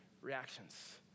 reactions